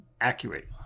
accurate